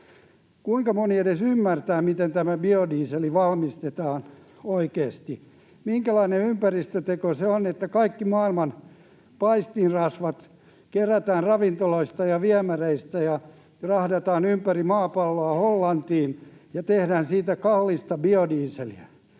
Kuinka moni edes ymmärtää, miten tämä biodiesel valmistetaan oikeasti? Minkälainen ympäristöteko se on, että kaikki maailman paistinrasvat kerätään ravintoloista ja viemäreistä ja rahdataan ympäri maapalloa Hollantiin ja tehdään siitä kallista biodieseliä